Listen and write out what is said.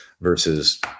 versus